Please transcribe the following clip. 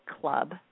club